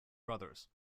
brothers